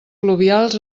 pluvials